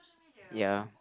ya